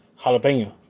Jalapeno